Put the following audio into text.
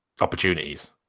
opportunities